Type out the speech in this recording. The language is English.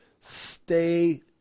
Stay